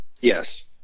Yes